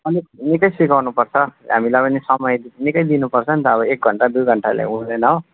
अनि निकै सिकाउनुपर्छ हामीलाई पनि समय निकै दिनुपर्छ नि त अब एक घन्टा दुई घन्टाले हुँदैन